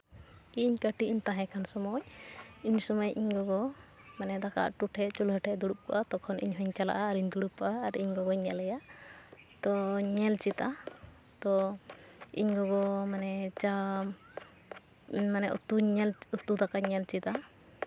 ᱤᱧ ᱠᱟᱹᱴᱤᱡ ᱤᱧ ᱛᱟᱦᱮᱸ ᱠᱟᱱ ᱥᱚᱢᱚᱭ ᱩᱱ ᱥᱚᱢᱚᱭ ᱤᱧ ᱜᱚᱜᱚ ᱢᱟᱱᱮ ᱫᱟᱠᱟ ᱩᱛᱩ ᱴᱷᱮᱡ ᱪᱩᱞᱦᱟᱹ ᱴᱷᱮᱡ ᱫᱩᱲᱩᱵ ᱠᱚᱜᱼᱟ ᱛᱚᱠᱷᱚᱱ ᱤᱧ ᱦᱚᱸᱧ ᱪᱟᱞᱟᱜᱼᱟ ᱟᱨᱤᱧ ᱫᱩᱲᱩᱵᱚᱜᱼᱟ ᱟᱨ ᱤᱧ ᱜᱚᱜᱚᱧ ᱧᱮᱞᱮᱭᱟ ᱛᱳᱧ ᱧᱮᱞ ᱪᱮᱫᱟ ᱛᱳ ᱤᱧ ᱜᱚᱜᱚ ᱢᱟᱱᱮ ᱡᱟ ᱩᱛᱩᱧ ᱧᱮᱞ ᱢᱟᱱᱮ ᱩᱛᱩ ᱫᱟᱠᱟᱧ ᱧᱮᱞ ᱪᱮᱫᱟ